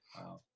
Wow